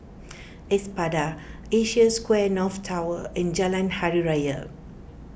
Espada Asia Square North Tower and Jalan Hari Raya